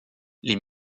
les